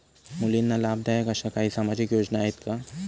मुलींना लाभदायक अशा काही सामाजिक योजना आहेत का?